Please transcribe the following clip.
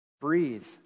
Breathe